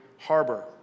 harbor